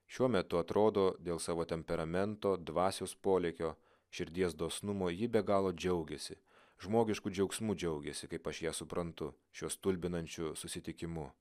šiuo metu atrodo dėl savo temperamento dvasios polėkio širdies dosnumo ji be galo džiaugiasi žmogišku džiaugsmu džiaugiasi kaip aš ją suprantu šiuo stulbinančiu susitikimu